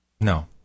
No